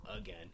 again